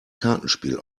kartenspiel